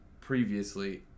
previously